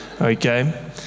Okay